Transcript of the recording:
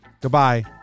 Goodbye